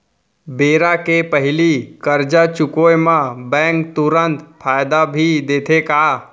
बेरा के पहिली करजा चुकोय म बैंक तुरंत फायदा भी देथे का?